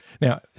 Now